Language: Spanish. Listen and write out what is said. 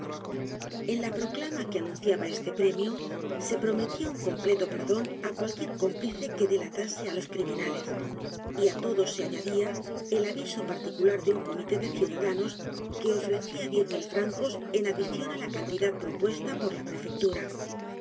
en la proclama que anunciaba este premio se prometía un completo perdón á cualquier cómplice que delatase á los criminales y á todo se añadía el aviso particular de un comité de ciudadanos que ofrecia diez mil francos en adición á la cantidad propuesta por la prefectura